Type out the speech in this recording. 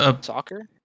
soccer